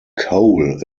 coal